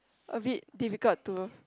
a bit difficult to